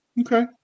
Okay